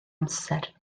amser